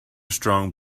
strong